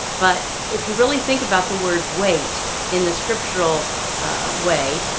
but if you really think about the word wait in the scriptural way,